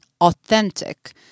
authentic